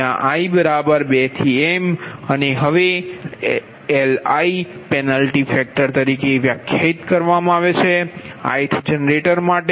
અને હવે Li penalty factor તરીકે ઓળખાય છે ith જનરેટર માટે